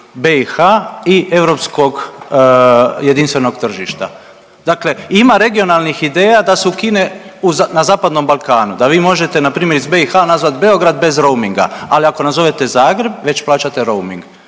BiH i europskog jedinstvenog tržišta. Dakle, ima regionalnih ideja da se ukine na Zapadnom Balkanu da vi možete npr. iz BiH nazvati Beograd bez roaminga, ali ako nazovete Zagreb već plaćate roaming,